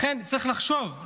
לכן צריך לחשוב.